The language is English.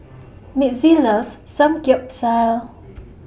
Mitzi loves Samgyeopsal